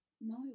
No